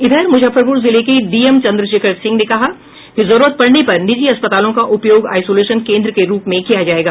इधर मुजफ्फरपुर जिले के डीएम चंद्रशेखर सिंह ने कहा है कि जरूरत पड़ने पर निजी अस्पतालों का उपयोग आइसोलेशन केन्द्र के रूप में किया जायेगा